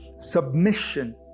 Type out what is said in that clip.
Submission